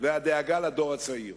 והדאגה לדור הצעיר.